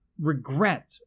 regret